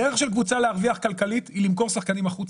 הדרך של קבוצה להרוויח כלכלית היא למכור שחקנים החוצה.